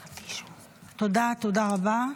תודה, תודה רבה.